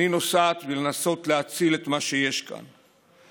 אני נוסעת כדי לנסות להציל את מה שיש כאן,